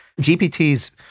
GPT's